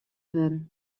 wurden